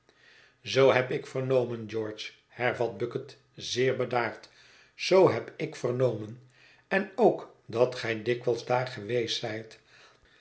zoo heb ik vernomen george hervat bucket zeer bedaard zoo heb ik vernomen en ook dat gij dikwijls daar geweest zijt